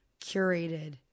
curated